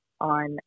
on